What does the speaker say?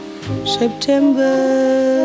September